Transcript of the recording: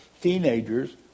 teenagers